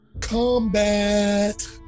Combat